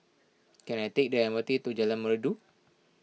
can I take the M R T to Jalan Merdu